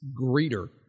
greeter